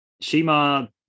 Shima